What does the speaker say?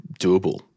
doable